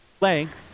length